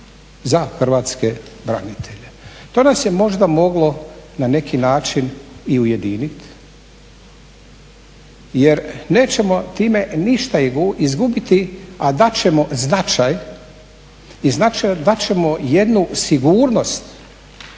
za hrvatske branitelje. To nas je možda moglo na neki način i ujediniti jer nećemo time ništa izgubiti a dati ćemo značaj, i znači dati ćemo jednu sigurnost